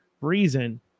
reason